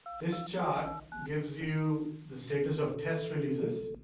this chart gives you the status of test releases.